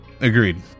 Agreed